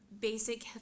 basic